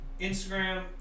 Instagram